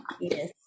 yes